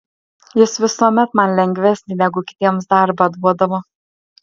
jis visuomet man lengvesnį negu kitiems darbą duodavo